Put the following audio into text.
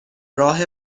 راه